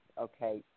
okay